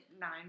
Nine